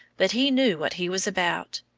but he knew what he was about.